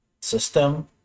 system